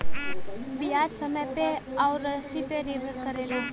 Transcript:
बियाज समय पे अउर रासी पे निर्भर करेला